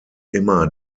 immer